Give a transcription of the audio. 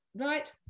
right